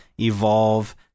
Evolve